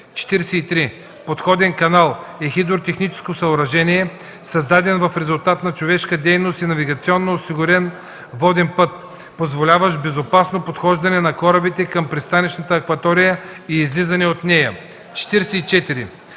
43. „Подходен канал” е хидротехническо съоръжение – създаден в резултат на човешка дейност и навигационно осигурен воден път, позволяващ безопасно подхождане на корабите към пристанищната акватория и излизане от нея. 44.